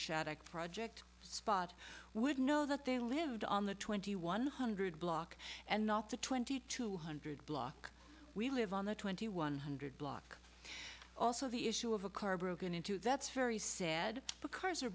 shot at project spot would know that they lived on the twenty one hundred block and not the twenty two hundred block we live on the twenty one hundred block also the issue of a car broken into that's very sad